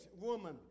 woman